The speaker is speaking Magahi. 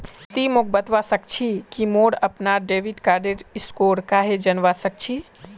ति मोक बतवा सक छी कि मोर अपनार डेबिट कार्डेर स्कोर कँहे जनवा सक छी